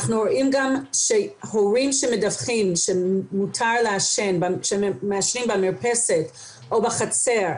אנחנו רואים שהורים שמדווחים שמעשנים במרפסת או בחצר,